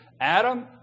Adam